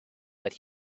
but